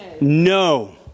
no